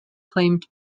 claimed